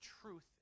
truth